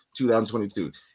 2022